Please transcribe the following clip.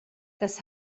das